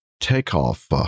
takeoff